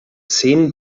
zehn